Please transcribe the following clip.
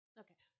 okay